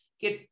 get